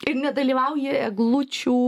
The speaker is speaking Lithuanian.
ir nedalyvauji eglučių